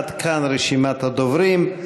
עד כאן רשימת הדוברים.